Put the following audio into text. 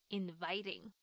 inviting